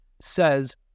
says